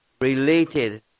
related